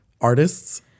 artists